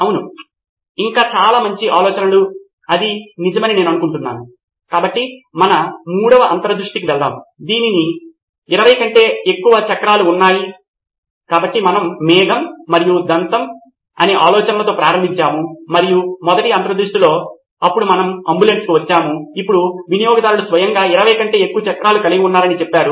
అవును ఇంకా చాలా మంచి ఆలోచనలు అది నిజమని అనుకుంటాను కాబట్టి మనం మూడవ అంతర్దృష్టికి వెళ్దాం దీనికి 20 కంటే ఎక్కువ చక్రాలు ఉన్నాయి కాబట్టి మనము మేఘం మరియు దంతము అనే అంచనాలతో ప్రారంభించాము మరియు మొదటి అంతర్దృష్టిలో అప్పుడు మనము అంబులెన్స్కు వచ్చాము ఇప్పుడు వినియోగదారులు స్వయంగా 20 కంటే ఎక్కువ చక్రాలు కలిగి ఉన్నారని చెప్పారు